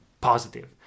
positive